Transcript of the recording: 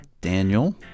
Daniel